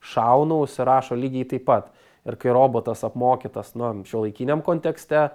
šaunu užsirašo lygiai taip pat ir kai robotas apmokytas na šiuolaikiniam kontekste